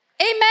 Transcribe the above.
Amen